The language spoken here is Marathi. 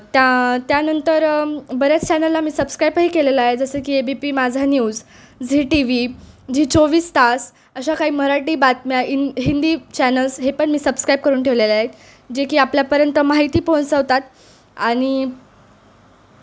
त्या त्यानंतर बऱ्याच चॅनलला मी सबस्क्राईबही केलेला आहे जसं की A B P Majha news Zee T V Zee चोवीस तास अशा काही मराठी बातम्या इन हिंदी चॅनल्स हे पण मी सबस्क्राईब करून ठेवलेले आहेत जे की आपल्यापर्यंत माहिती पोहोचवतात आणि